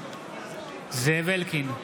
זאב אלקין,